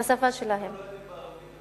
בשפה שלהם.